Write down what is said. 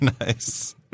Nice